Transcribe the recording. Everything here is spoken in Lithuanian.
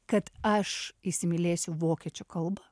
kad aš įsimylėsiu vokiečių kalbą